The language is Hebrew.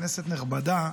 כנסת נכבדה,